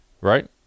Right